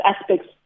aspects